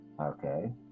Okay